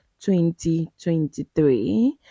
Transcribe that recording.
2023